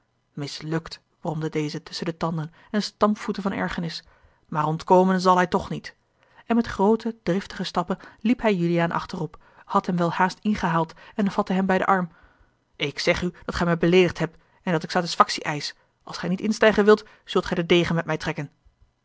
mislukt bromde deze tusschen de tanden en stampvoette van ergernis maar ontkomen zal hij toch niet en met groote driftige stappen liep hij juliaan achterop had hem welhaast ingehaald en vatte hem bij den arm a l g bosboom-toussaint de delftsche wonderdokter eel k zeg u dat gij mij beleedigd hebt en dat ik satisfactie eisch als gij niet instijgen wilt zult gij den degen met mij trekken